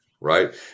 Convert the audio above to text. right